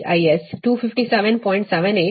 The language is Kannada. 78 ಕೋನ ಮೈನಸ್ 30